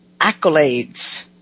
accolades